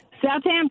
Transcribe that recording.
Southampton